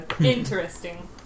interesting